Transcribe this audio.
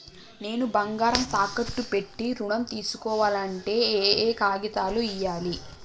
నేను బంగారం తాకట్టు పెట్టి ఋణం తీస్కోవాలంటే ఏయే కాగితాలు ఇయ్యాలి?